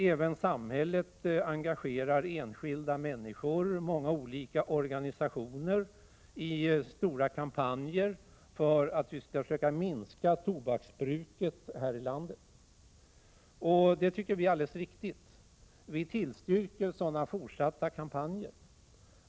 Även samhället engagerar enskilda människor och olika organisationer i stora kampanjer för att minska tobaksbruket i landet. Vi tycker att detta är riktigt. Vi tillstyrker fortsatta sådana kampanjer.